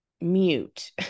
mute